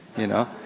you know.